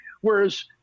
whereas